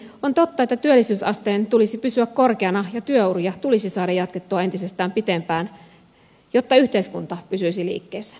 on totta että työllisyysasteen tulisi pysyä korkeana ja työuria tulisi saada jatkettua entistä pitempään jotta yhteiskunta pysyisi liikkeessä